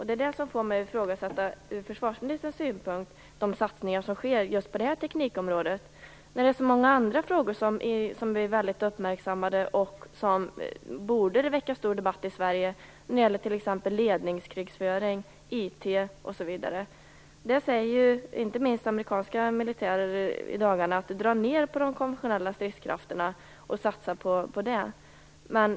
Det är detta som får mig att ifrågasätta de satsningar som sker på just detta teknikområde, då det finns så många andra frågor som borde väcka större debatt i Sverige, t.ex. ledningskrigföring, IT osv. Amerikanska militärer uppmanar nu till neddragningar av de konventionella stridskrafterna och menar att man i stället skall satsa på ledningskrigföring etc.